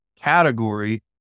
category